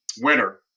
winner